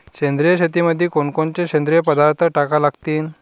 सेंद्रिय शेतीमंदी कोनकोनचे सेंद्रिय पदार्थ टाका लागतीन?